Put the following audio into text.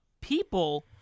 people